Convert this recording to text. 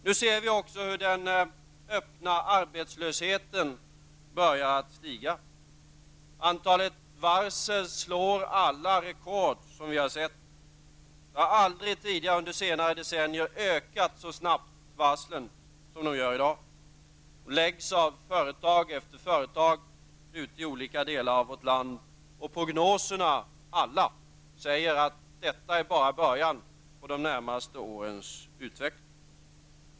Nu ser vi också hur den öppna arbetslösheten börjar öka. Antalet varsel slår alla rekord. Antalet varsel har aldrig tidigare under de senaste decennierna ökat så snabbt som de gör i dag. Varsel läggs av företag efter företag i olika delar av vårt land. Alla prognoser säger att detta bara är början på de närmaste årens utveckling.